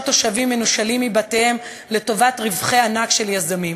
תושבים מנושלים מבתיהם לטובת רווחי ענק של יזמים.